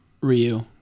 Ryu